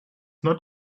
not